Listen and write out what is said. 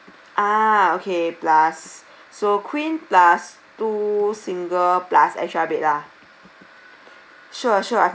ah okay plus so queen plus two single plus extra bed lah sure sure